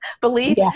Believe